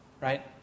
right